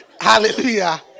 Hallelujah